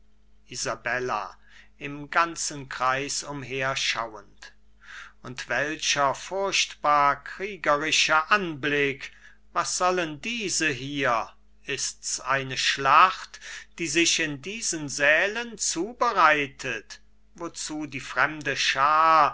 im ganzen kreis umherschauend und welcher furchtbar kriegerische anblick was sollen diese hier ist's eine schlacht die sich in diesen sälen zubereitet wozu die fremde schaar